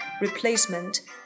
replacement